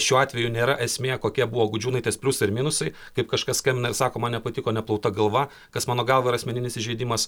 šiuo atveju nėra esmė kokie buvo gudžiūnaitės pliusai ir minusai kaip kažkas skambina ir sako man nepatiko neplauta galva kas mano galva yra asmeninis įžeidimas